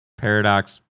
Paradox